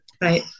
right